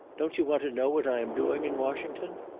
don't you want to know what i am doing in washington?